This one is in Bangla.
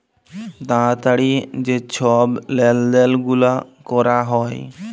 তাড়াতাড়ি যে ছব লেলদেল গুলা ক্যরা হ্যয়